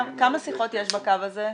כמה שיחות יש בקו הזה?